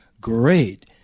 Great